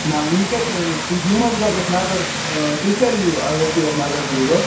نَہ وٕنۍ کَتہِ أنۍ اَسہِ تُہۍ دِیِو نہٕ حظ گۄڈٕ یَتھ نظر تُہۍ کر یِیِو ییٚلہِ تُہۍ اَتھ نظر دِیِو گۄڈٕ